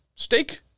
Steak